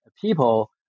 people